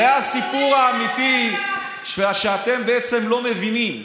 זה הסיפור האמיתי שאתם בעצם לא מבינים,